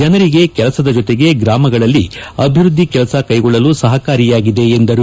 ಜನರಿಗೆ ಕೆಲಸದ ಜೊತೆಗೆ ಗ್ರಾಮಗಳಲ್ಲಿ ಅಭಿವೃದ್ದಿ ಕೆಲಸ ಕೈಗೊಳ್ಳಲು ಸಹಕಾರಿಯಾಗಿದೆ ಎಂದರು